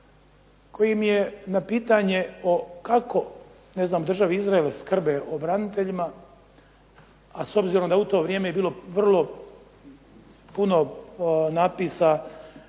koji mi je na pitanje o kako, ne znam državi Izrael skrbe o braniteljima, a s obzirom da je u to vrijeme bilo vrlo puno napisa